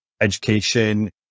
education